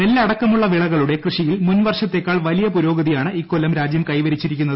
നെല്ല് അടക്കമുള്ള വിളകളുടെ വെങ്കയ്യ കൃഷിയിൽ മുൻവർഷത്തേക്കാൾ വലിയ പുരോഗതിയാണ് ഇക്കൊല്ലം കൈവരിച്ചിരിക്കുന്നത്